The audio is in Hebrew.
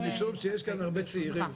בקיצור, לרשום שיש כאן הרבה צעירים.